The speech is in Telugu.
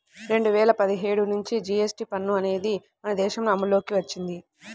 రెండు వేల పదిహేడు నుంచి జీఎస్టీ పన్ను అనేది మన దేశంలో అమల్లోకి వచ్చింది